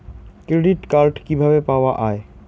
Credit card কিভাবে পাওয়া য়ায়?